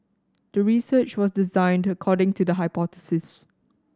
the research was designed according to the hypothesis